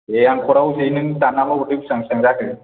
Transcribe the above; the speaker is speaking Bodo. दे आं कर्ट आव होनोसै नों दान्नाल' हरदो बेसेबां जाखो